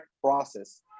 process